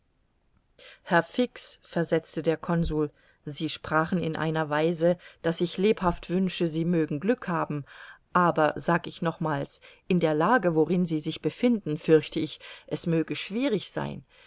herr fix versetzte der consul sie sprachen in einer weise daß ich lebhaft wünsche sie mögen glück haben aber sag ich nochmals in der lage worin sie sich befinden fürchte ich es möge schwierig sein